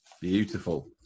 Beautiful